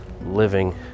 living